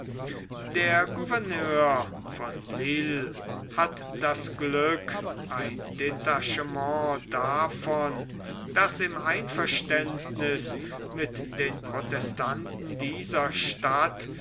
der gouverneur von lille hat das glück ein detachement davon das im einverständniß mit den protestanten dieser stadt